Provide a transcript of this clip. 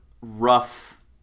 rough